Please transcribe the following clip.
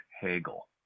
Hegel